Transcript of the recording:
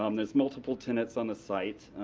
um there's multiple tenants on the site.